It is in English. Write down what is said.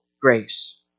grace